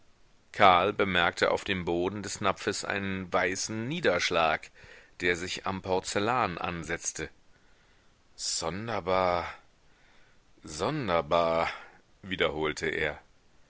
karl bemerkte auf dem boden des napfes einen weißen niederschlag der sich am porzellan ansetzte sonderbar sonderbar wiederholte er